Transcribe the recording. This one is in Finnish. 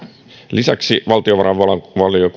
lisäksi valtiovarainvaliokunta